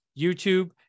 YouTube